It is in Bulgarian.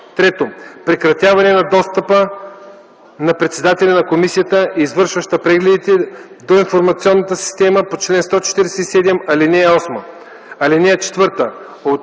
2; 3. прекратяване на достъпа на председателя на комисията, извършваща прегледите, до информационната система по чл. 147, ал. 8. (4)